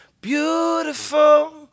beautiful